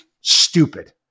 stupid